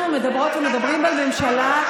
אנחנו מדברות ומדברים על ממשלה,